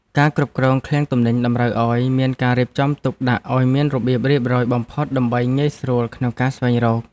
ការគ្រប់គ្រងឃ្លាំងទំនិញតម្រូវឱ្យមានការរៀបចំទុកដាក់ឱ្យមានរបៀបរៀបរយបំផុតដើម្បីងាយស្រួលក្នុងការស្វែងរក។